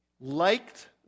liked